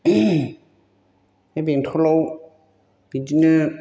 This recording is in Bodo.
बे बेंथलाव बिदिनो